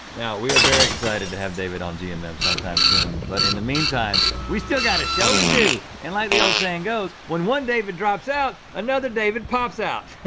now, we are very excited to have david on gmm um and sometime soon but in the meantime, we still got a show to do. and like the old saying goes, when one david drops out, another david pops out. oh!